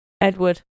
Edward